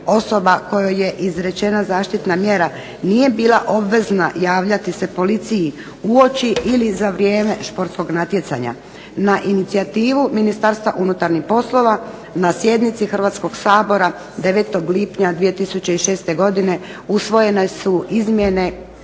osoba kojoj je izrečena zaštitna mjera nije bila obvezna javljati se policiji uoči ili za vrijeme športskog natjecanja. Na inicijativu Ministarstva unutarnjih poslova na sjednici Hrvatskog sabora 9. lipnja 2006. godine usvojene su izmjene